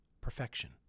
perfection